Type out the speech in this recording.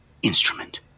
instrument